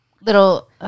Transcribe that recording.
little